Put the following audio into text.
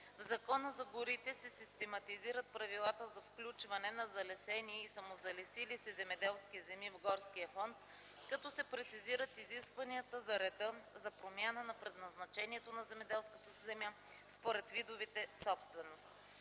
В Закона за горите се систематизират правилата за включване на залесени и самозалесили се земеделски земи в горския фонд, като се прецизират изискванията за реда за промяна на предназначението на земеделската земя според видовете собственост.